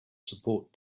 support